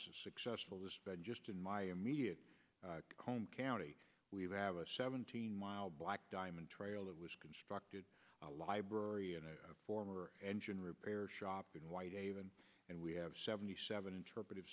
successful this but just in my immediate home county we have a seventeen mile black diamond trail that was constructed a librarian a former engine repair shop in white even and we have seventy seven interpret